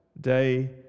day